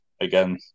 again